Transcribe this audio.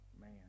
man